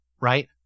right